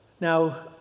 Now